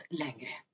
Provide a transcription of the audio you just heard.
längre